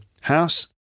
house